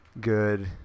good